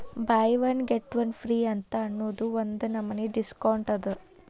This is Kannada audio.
by one get one free ಅಂತ್ ಅನ್ನೂದು ಒಂದ್ ನಮನಿ ಡಿಸ್ಕೌಂಟ್ ಅದ